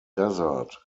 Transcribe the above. desert